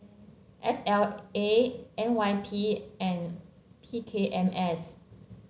S L A N Y P and P K M S